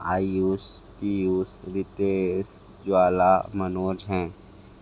आयुश पीयूश रितेस ज्वाला मनोज हैं